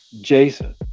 Jason